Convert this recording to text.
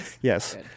Yes